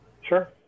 Sure